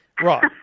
Right